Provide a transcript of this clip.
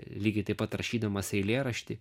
lygiai taip pat rašydamas eilėraštį